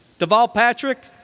deval patrick,